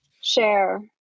share